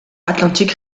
atlantic